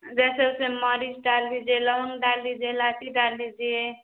जैसे उसमें मिर्च डाल दीजिए लौंग डाल दीजिए इलाइची डाल दीजिए